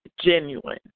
genuine